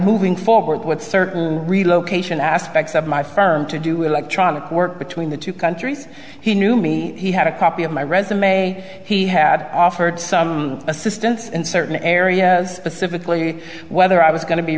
moving forward with certain relocation aspects of my firm to do electronic work between the two countries he knew me he had a copy of my resume he had offered some assistance in certain areas pacifically whether i was going to be